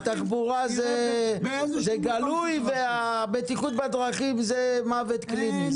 התחבורה זה גלוי והבטיחות בדרכים זה מוות קליני,